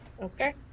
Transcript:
okay